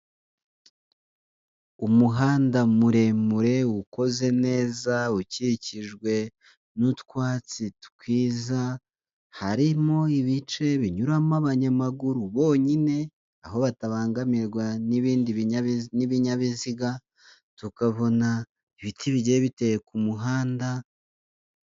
Umuhanda muremure ukoze neza ukikijwe, n'utwatsi twiza, harimo ibice binyuramo abanyamaguru bonyine, aho batabangamirwa n'ibindi n'ibinyabizi n'ibinyabiziga, tukabona ibiti bigiye biteye ku muhanda.